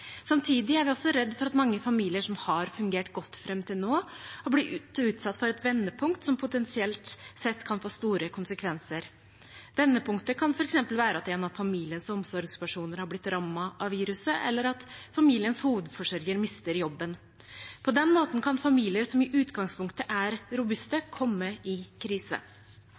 Samtidig er vi også redd for at mange familier som har fungert godt fram til nå, har blitt utsatt for et vendepunkt som potensielt sett kan få store konsekvenser. Vendepunktet kan f.eks. være at en av familiens omsorgspersoner har blitt rammet av viruset, eller at familiens hovedforsørger mister jobben. På den måten kan familier som i utgangspunktet er robuste, komme i krise.